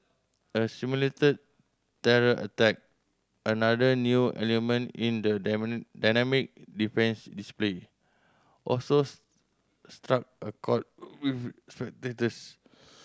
a simulated terror attack another new element in the dynamic defence display also struck a chord with spectators